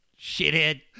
shithead